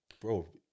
bro